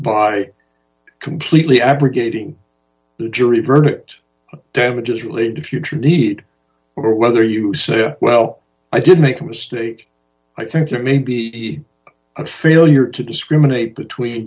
by completely abrogating the jury verdict damages really the future need or whether you say well i did make a mistake i think there may be a failure to discriminate between